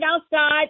outside